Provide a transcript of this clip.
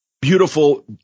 Beautiful